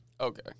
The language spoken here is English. Okay